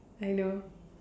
I know